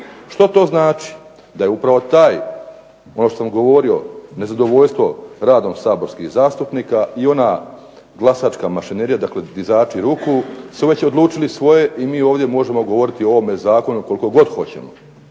Što to znači, da je upravo taj ono što sam govorio nezadovoljstvo radom saborskih zastupnika i ona glasačka mašinerija, dakle dizači ruku su već odlučili svoje i mi ovdje možemo govoriti o ovome zakonu koliko god hoćemo,